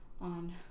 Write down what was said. on